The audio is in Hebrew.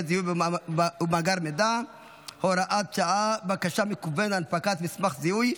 זיהוי ובמאגר מידע (הוראת שעה) (בקשה מקוונת להנפקת מסמך זיהוי),